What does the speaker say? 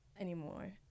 anymore